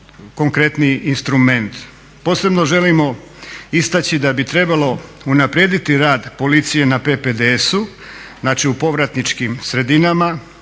konkretniji instrument. Posebno želimo istaći da bi trebalo unaprijediti rad policije na PPDS-u, znači u povratničkim sredinama